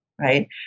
right